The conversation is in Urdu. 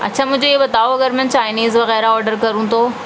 اچھا مجھے یہ بتاؤ اگر میں چائنیز وغیرہ آرڈر کروں تو